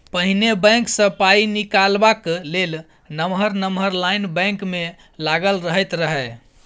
पहिने बैंक सँ पाइ निकालबाक लेल नमहर नमहर लाइन बैंक मे लागल रहैत रहय